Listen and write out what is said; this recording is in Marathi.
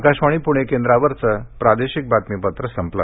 आकाशवाणी पुणे केंद्रावरचं प्रादेशिक बातमीपत्र संपलं